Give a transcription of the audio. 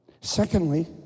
Secondly